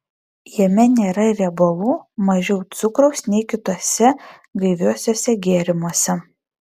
jame nėra riebalų mažiau cukraus nei kituose gaiviuosiuose gėrimuose